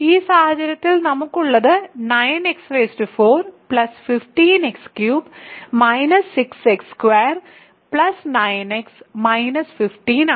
ഈ സാഹചര്യത്തിൽ നമുക്കുള്ളത് 9x415x3 - 6x2 9x 15 ആണ്